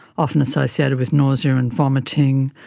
often associated with nausea and vomiting,